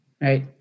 right